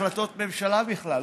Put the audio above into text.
החלטות ממשלה בכלל,